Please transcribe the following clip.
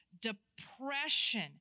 Depression